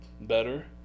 better